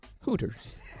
Hooters